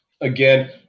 again